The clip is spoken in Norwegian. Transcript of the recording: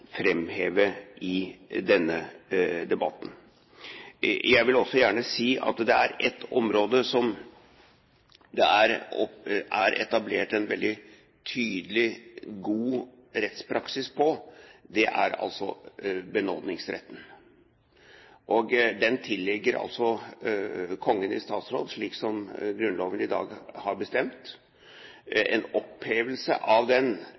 fremheve i denne debatten. Jeg vil også gjerne si at det er ett område som det er etablert en veldig tydelig og god rettspraksis på, og det er benådningsretten. Den retten tilligger altså Kongen i statsråd, slik som Grunnloven i dag har bestemmelser om. En opphevelse av den